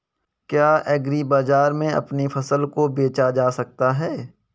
क्या एग्रीबाजार में अपनी फसल को बेचा जा सकता है?